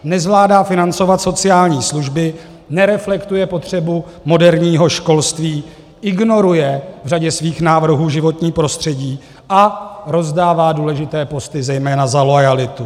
Nezvládá financovat sociální služby, nereflektuje potřebu moderního školství, ignoruje v řadě svých návrhů životní prostředí a rozdává důležité posty zejména za loajalitu.